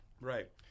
Right